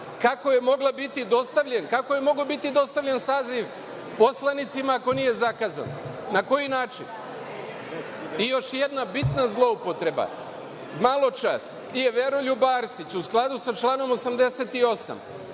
Kako je mogao biti dostavljen saziv poslanicima, ako nije zakazana? Na koji način? Još jedna bitna zloupotreba. Maločas je Veroljub Arsić u skladu sa članom 88.